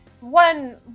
One